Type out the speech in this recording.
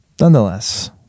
nonetheless